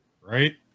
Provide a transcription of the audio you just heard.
right